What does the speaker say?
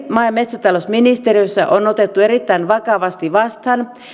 maa ja metsätalousministeriössä on otettu erittäin vakavasti vastaan